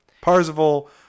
parzival